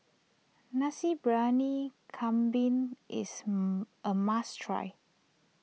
Nasi Briyani Kambing is a must try